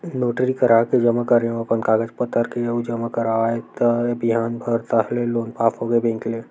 notary कराके जमा करेंव अपन कागज पतर के अउ जमा कराएव त बिहान भर ताहले लोन पास होगे बेंक ले